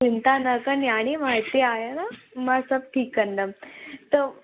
चिंता न करु नियाणी मां हिते आहियां मां सभु ठीकु कंदमि त